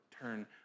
turn